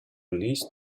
released